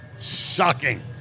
Shocking